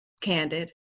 candid